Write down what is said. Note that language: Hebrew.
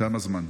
תם הזמן.